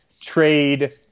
trade